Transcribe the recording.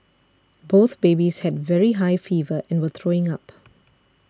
both babies had very high fever and were throwing up